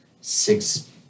six